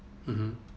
mmhmm